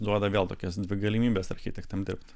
duoda gal tokias dvi galimybes architektam dirbt